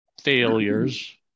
failures